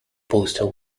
postal